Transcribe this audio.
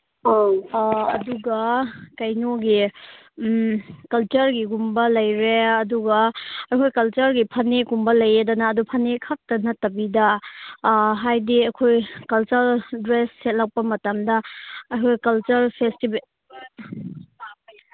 ꯑꯪ ꯑꯗꯨꯒ ꯀꯩꯅꯣꯒꯤ ꯀꯜꯆꯔꯒꯤꯒꯨꯝꯕ ꯂꯩꯔꯦ ꯑꯗꯨꯒ ꯑꯩꯈꯣꯏꯒꯤ ꯀꯜꯆꯔꯒꯤ ꯐꯅꯦꯛꯀꯨꯝꯕ ꯂꯩꯌꯦꯗꯅ ꯑꯗꯣ ꯐꯅꯦꯛꯈꯛꯇ ꯅꯠꯇꯕꯤꯗ ꯍꯥꯏꯗꯤ ꯑꯩꯈꯣꯏ ꯀꯜꯆꯔꯦꯜ ꯗ꯭ꯔꯦꯁ ꯁꯦꯠꯂꯛꯄ ꯃꯇꯝꯗ ꯑꯩꯈꯣꯏ ꯀꯜꯆꯔ